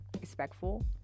respectful